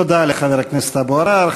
תודה לחבר הכנסת אבו עראר.